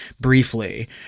briefly